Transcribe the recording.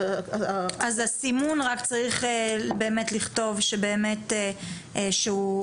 אז רק צריך באמת לכתוב לגבי הסימון.